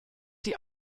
die